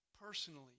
personally